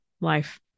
life